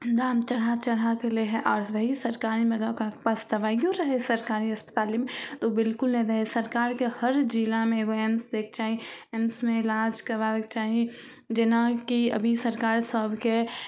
दाम चढ़ा चढ़ाकऽ लै हइ आओर वहीँ सरकारीमे लऽ कऽ पास दवाइओ रहै सरकारी अस्पतालमे तऽ ओ बिलकुले नहि दै सरकारके हर जिलामे एगो एम्स दैके चाही एम्समे इलाज करबाबैके चाही जेनाकि अभी सरकार सबके